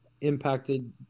impacted